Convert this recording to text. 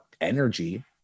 energy